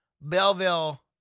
Belleville